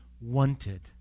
wanted